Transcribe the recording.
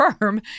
firm